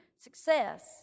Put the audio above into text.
Success